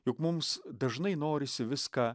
juk mums dažnai norisi viską